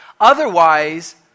Otherwise